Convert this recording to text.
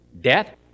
death